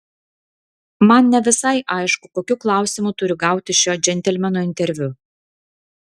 man ne visai aišku kokiu klausimu turiu gauti šio džentelmeno interviu